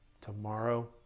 tomorrow